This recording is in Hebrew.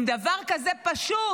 אם כזה דבר פשוט,